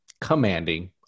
commanding